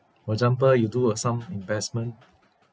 for example you do uh some investment